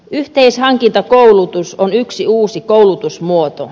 yhteishankintakoulutus on yksi uusi koulutusmuoto